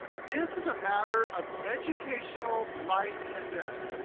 this is a matter of educational life and death.